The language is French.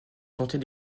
tenter